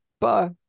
Bye